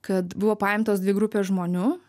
kad buvo paimtos dvi grupės žmonių